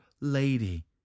lady